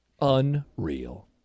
Unreal